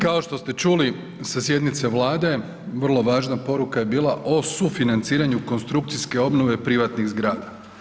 Kao što se čuli sa sjednice Vlade, vrlo važna poruka je bila o sufinanciranju konstrukcijske obnove privatnih zgrada.